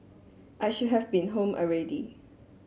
I should have been home already